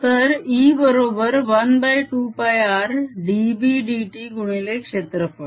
तर E बरोबर 12πr dB dt गुणिले क्षेत्रफळ